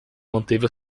manteve